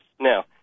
Now